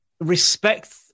respect